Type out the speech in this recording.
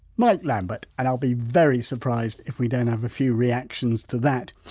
mike lambert. and i'll be very surprised if we don't have a few reactions to that!